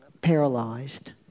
paralyzed